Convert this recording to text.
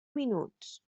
minuts